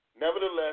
Nevertheless